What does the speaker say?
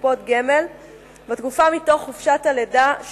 ממשיכים בסדר-היום: החלטת הוועדה לקידום מעמד האשה בדבר חלוקת הצעת חוק